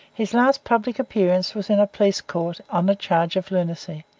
his last public appearance was in a police-court on a charge of lunacy.